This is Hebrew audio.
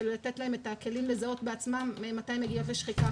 של לתת להם את הכלים לזהות בעצמן מתי מגיעות לשחיקה,